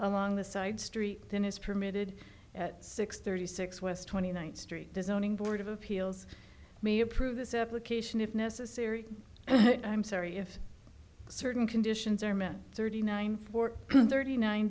along the side street than is permitted at six thirty six west twenty ninth street designing board of appeals may approve this application if necessary i'm sorry if certain conditions are met thirty nine thirty nine